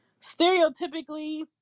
stereotypically